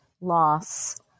loss